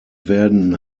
werden